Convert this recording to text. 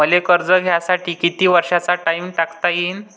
मले कर्ज घ्यासाठी कितीक वर्षाचा टाइम टाकता येईन?